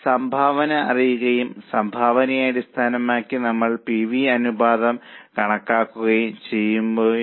അതിനാൽ സംഭാവന അറിയുകയും സംഭാവനയെ അടിസ്ഥാനമാക്കി നമ്മൾ പി വി അനുപാതം കണക്കാക്കുകയും ചെയ്യും